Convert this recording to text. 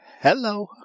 hello